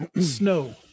snow